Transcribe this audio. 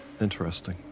Interesting